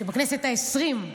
שבכנסת העשרים,